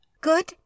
Good